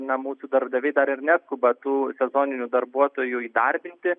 na mūsų darbdaviai dar ir neskuba tų sezoninių darbuotojų įdarbinti